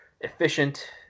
efficient